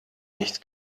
nicht